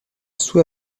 sous